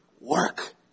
Work